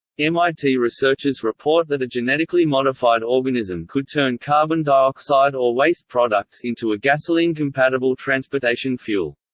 mit researchers report that a genetically modified organism could turn carbon dioxide or waste products into a gasoline-compatible transportation fuel.